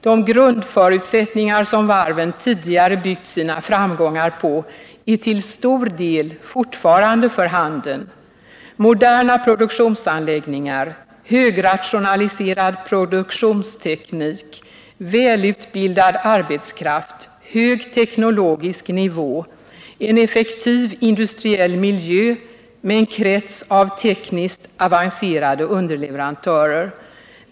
De grundförutsättningar som varven tidigare byggt sina framgångar på är till stor del fortfarande för handen: moderna produktionsanläggningar, högrationaliserad produktionsteknik, välutbildad arbetskraft, hög teknologisk nivå, en effektiv industriell miljö med en krets av tekniskt avancerade underleverantörer.